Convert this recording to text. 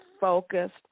focused